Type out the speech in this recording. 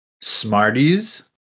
Smarties